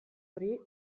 hori